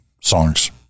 songs